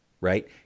right